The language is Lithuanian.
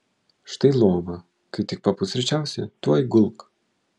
štai lova kai tik papusryčiausi tuoj gulk